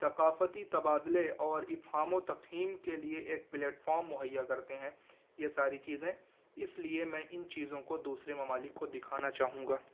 ثقافتی تبادلے اور افہام و تفہیم کے لیے ایک پلیٹفام مہیا کرتے ہیں یہ ساری چیزیں اس لیے میں ان چیزوں کو دوسرے ممالک کو دکھانا چاہوں گا